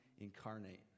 incarnate